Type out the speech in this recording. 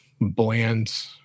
bland